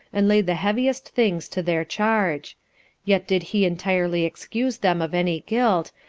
and laid the heaviest things to their charge yet did he entirely excuse them of any guilt,